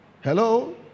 Hello